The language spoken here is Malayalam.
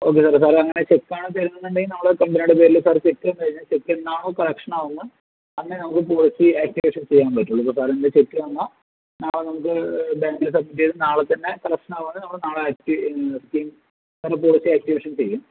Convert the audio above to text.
അങ്ങനെ അല്ല സാറേ അങ്ങനെ ചെക്കാണ് തരുന്നുണ്ടെങ്കിൽ നമ്മളെ കമ്പനിയുടെ പേരില് സാറ് ചെക്ക് തന്നു കഴിഞ്ഞാൽ ചെക്ക് എന്നാണോ സാങ്ക്ഷൻ ആവുന്നത് അന്നേ നമുക്ക് പോളിസി ആക്ടിവേഷൻ ചെയ്യാൻ പറ്റുള്ളൂ ഇതിപ്പോൾ സാറിൻ്റെ ചെക്ക് തന്നാൽ നാളെ നമുക്ക് ബാങ്കിൽ സബ്മിറ്റ് ചെയ്ത് നാളെ തന്നെ സാങ്ക്ഷൻ ആവുകയാണെങ്കിൽ നമ്മള് നാളെ പോളിസി ആക്ടിവേഷൻ ചെയ്യും